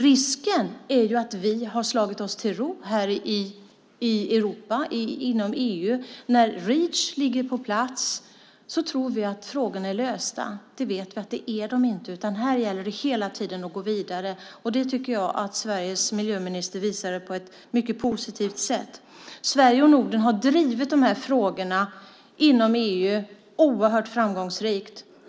Risken är att vi har slagit oss till ro här i Europa, inom EU. När Reach ligger på plats tror vi att frågorna är lösta. Det vet vi att de inte är. Här gäller det hela tiden att gå vidare. Det tycker jag att Sveriges miljöminister visade på ett mycket positivt sätt. Sverige och Norden har drivit de här frågorna inom EU oerhört framgångsrikt.